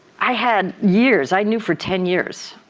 i had years i knew for ten years,